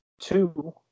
Two